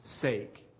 sake